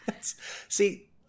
See